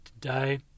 today